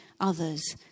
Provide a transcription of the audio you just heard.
others